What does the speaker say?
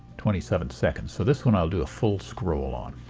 twenty seven seconds so this one i'll do a full scroll on.